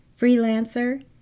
freelancer